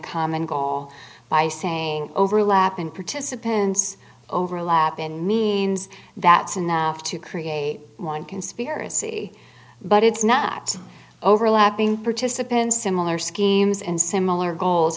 common goal by saying overlap and participants overlap in means that's enough to create one conspiracy but it's not overlapping participants similar schemes in similar goals